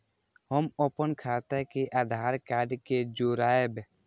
हम अपन खाता के आधार कार्ड के जोरैब?